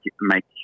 make